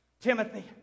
Timothy